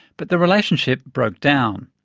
but the relationship broke down.